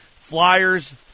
Flyers